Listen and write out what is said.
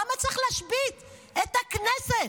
למה צריך להשבית את הכנסת?